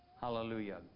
Hallelujah